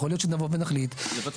זה שנבוא ונחליט --- לבטל את זה.